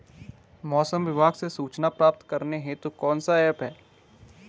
मौसम विभाग से सूचना प्राप्त करने हेतु कौन सा ऐप है?